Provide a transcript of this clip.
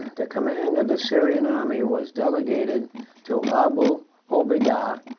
the command of the syrian army was delegated to abu obeidah,